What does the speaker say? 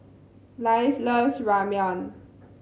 Leif loves Ramyeon